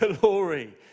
Glory